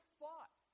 fought